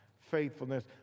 faithfulness